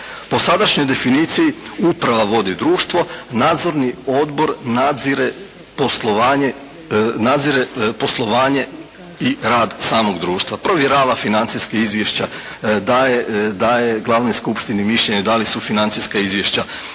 Po sadašnjoj definiciji uprava vodi društvo. Nadzorni odbor nadzire poslovanje, nadzire poslovanje i rad samog društva, provjerava financijska izvješća, daje glavnoj skupštini mišljenje da li su financijska izvješća